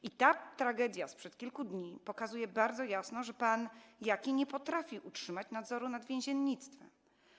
I ta tragedia sprzed kilku dni pokazuje bardzo jasno, że pan Jaki nie potrafi utrzymać nadzoru nad więziennictwem.